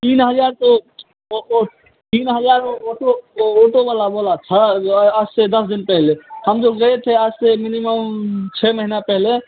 तीन हज़ार तो वो वो तीन हज़ार वो ऑटो वो ऑटो वला बोला था आज से दिन पहले हम जब गए थे आज से मिनिमम छः महिना पहले